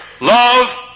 love